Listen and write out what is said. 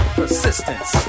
Persistence